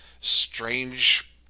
strange